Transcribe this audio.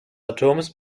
atoms